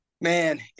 man